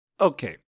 Okay